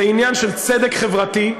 זה עניין של צדק חברתי,